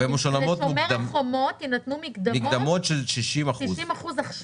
"שומר חומות" יינתנו עכשיו מקדמות של 60%?